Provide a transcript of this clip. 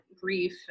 grief